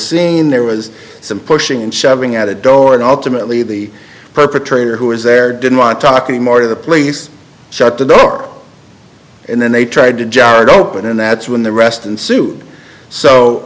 scene there was some pushing and shoving at the door and ultimately the perpetrator who was there didn't want talking more to the police shut the door and then they tried to jarrad open and that's when the rest ensued so